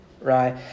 right